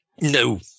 No